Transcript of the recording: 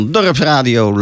Dorpsradio